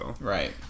Right